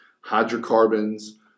hydrocarbons